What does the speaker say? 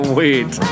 wait